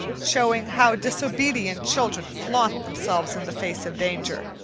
showing how disobedient children flaunt themselves in the face of danger,